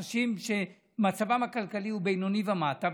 אנשים שמצבם הכלכלי הוא בינוני ומטה,